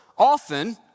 often